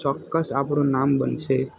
ચોક્કસ આપણું નામ બનશે